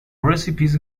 recipes